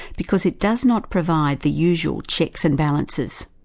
because it does not provide the usual checks and balances.